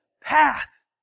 path